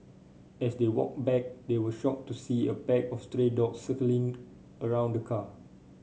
as they walked back they were shocked to see a pack of stray dogs circling around the car